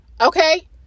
okay